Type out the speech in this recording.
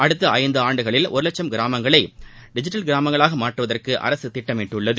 அடுத்த இந்து ஆண்டுகளில் ஒரு லட்சம் கிராமங்களை டிஜிட்டல் கிராமங்களாக மாற்றுவதற்கு அரசு திட்டமிட்டுள்ளது